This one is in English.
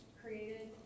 created